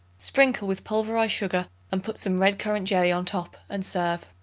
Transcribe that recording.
sprinkle with pulverized sugar and put some red currant jelly on top and serve.